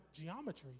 geometry